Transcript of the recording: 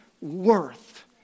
worth